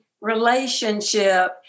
relationship